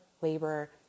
labor